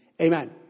Amen